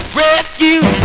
rescue